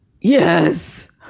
yes